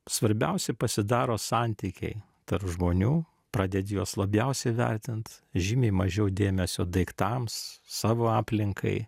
svarbiausi pasidaro santykiai tarp žmonių pradedi juos labiausiai vertint žymiai mažiau dėmesio daiktams savo aplinkai